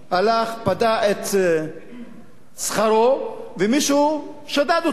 הלך, פדה את שכרו ומישהו שדד אותו.